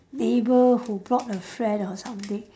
neighbour who brought a friend or something